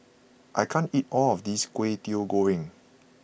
I can't eat all of this Kway Teow Goreng